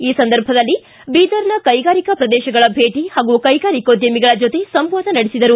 ಈ ಸಂದರ್ಭದಲ್ಲಿ ಬೀದರನ ಕೈಗಾರಿಕಾ ಪ್ರದೇಶಗಳ ಭೇಟಿ ಹಾಗೂ ಕೈಗಾರಿಕೋದ್ದಮಿಗಳ ಜೊತೆ ಸಂವಾದ ನಡೆಸಿದದರು